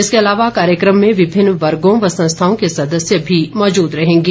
इसके अलावा कार्यक्रम में विभिन्न वर्गों व संस्थाओं के सदस्य भी मौजूद रहेंगे